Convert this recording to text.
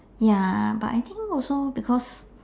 ya but I think also because